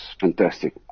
fantastic